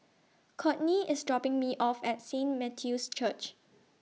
Cortney IS dropping Me off At Saint Matthew's Church